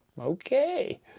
Okay